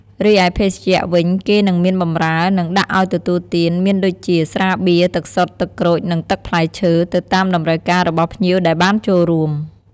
រីឯ ភេសជ្ជៈ វិញគេនិងមានបម្រើ និងដាក់អោយទទួលទានមានដូចជា ស្រាបៀរ ទឹកសុទ្ធ ទឹកក្រូច និងទឹកផ្លែឈើ ទៅតាមតម្រូវការរបស់ភ្ញៀវដែលបានចូលរួម។